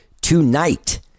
tonight